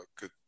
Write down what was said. good